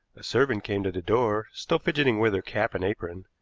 a servant came to the door, still fidgeting with her cap and apron,